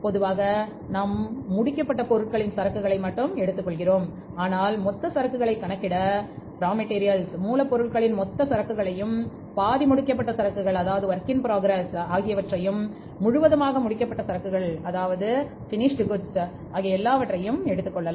பொதுவாக நாம் முடிக்கப்பட்ட பொருட்களின் சரக்குகளை எடுத்துக்கொள்கிறோம் ஆனால் மொத்த சரக்குகளை கணக்கிட மூலப்பொருளின் மொத்த சரக்குகளையும் பாதி முடிக்கப்பட்ட சரக்குகளையும் முழுவதுமாக முடிக்கப்பட்ட சரக்குகளையும் எடுத்துக்கொள்ளலாம்